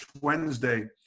Wednesday